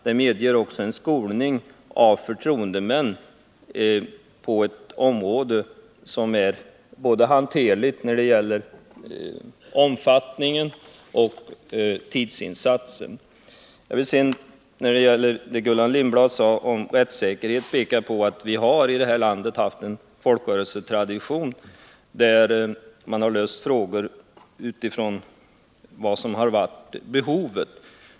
Det medger också en skolning av förtroendemän på ett område som är hanterligt när det gäller både omfattningen och tidsinsatsen. Gullan Lindblad talade om rättssäkerhet. Jag vill då peka på att vi här i landet haft en folkrörelsetradition, där man har löst problemen utifrån vad som har varit behoven.